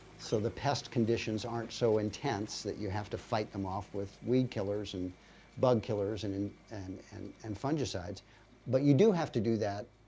so the pest conditions aren't so intense that you have to fight them off with weed killers and bug killers and and and and and fungicides but you do have to do that